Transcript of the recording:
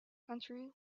country